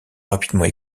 rapidement